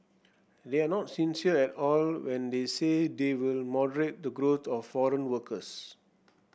they are not sincere at all when they say they will moderate the growth of foreign workers